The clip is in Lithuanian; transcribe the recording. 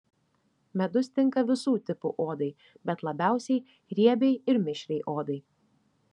medus tinka visų tipų odai bet labiausiai riebiai ir mišriai odai